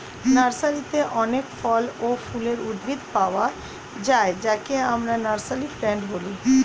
নার্সারিতে অনেক ফল ও ফুলের উদ্ভিদ পাওয়া যায় যাকে আমরা নার্সারি প্লান্ট বলি